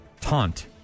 Taunt